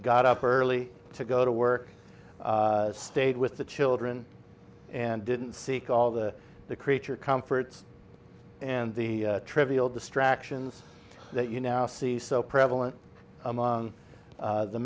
got up early to go to work stayed with the children and didn't seek all the creature comforts and the trivial distractions that you now see so prevalent among the